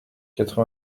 quatre